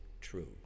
true